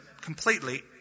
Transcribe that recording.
completely